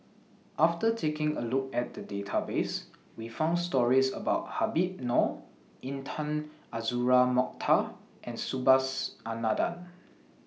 after taking A Look At The Database We found stories about Habib Noh Intan Azura Mokhtar and Subhas Anandan